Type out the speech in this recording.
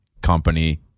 company